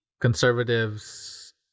conservatives